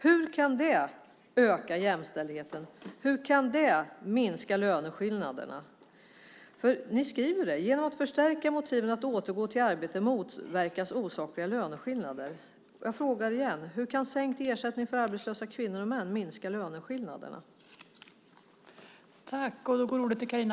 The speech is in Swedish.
Hur kan det öka jämställdheten? Hur kan det minska löneskillnaderna? Ni skriver: Genom att förstärka motiven att återgå till arbete motverkas osakliga löneskillnader. Jag frågar igen: Hur kan sänkt ersättning för arbetslösa kvinnor och män minska löneskillnaderna?